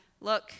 look